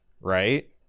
right